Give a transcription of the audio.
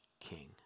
king